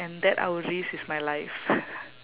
and that I would risk is my life